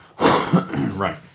Right